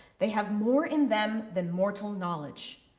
they have more in them than mortal knowledge.